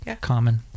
common